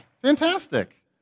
Fantastic